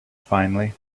finally